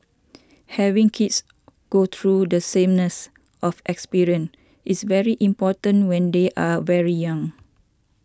having kids go through the sameness of experience is very important when they are very young